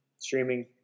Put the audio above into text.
Streaming